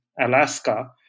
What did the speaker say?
Alaska